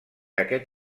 aquest